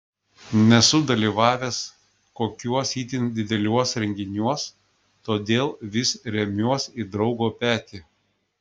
nesu dalyvavęs kokiuos itin dideliuos renginiuos todėl vis remiuos į draugo petį